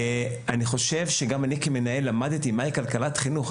אני חושב שגם אני, כמנהל, למדתי מהי כלכלת חינוך.